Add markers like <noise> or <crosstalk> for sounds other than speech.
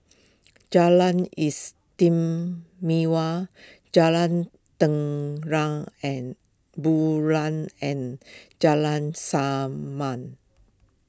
Jalan Istimewa Jalan Terang and Bulan and Jalan <unintelligible>